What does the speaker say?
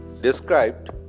described